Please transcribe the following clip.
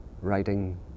writing